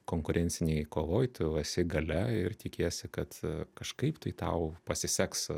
konkurencinėj kovoj tu esi galia ir tikiesi kad kažkaip tai tau pasiseks